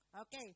Okay